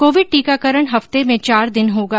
Covid टीकाकरण सप्ताह में चार दिन होगा